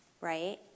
right